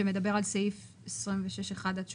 שמדברת על סעיף 26(1) עד (3)?